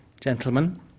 gentlemen